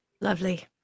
Lovely